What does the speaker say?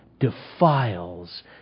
defiles